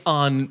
on